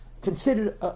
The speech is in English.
considered